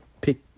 pick